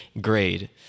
grade